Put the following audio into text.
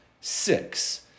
six